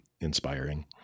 inspiring